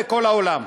בכל העולם.